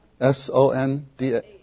S-O-N-D-A